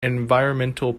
environmental